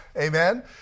amen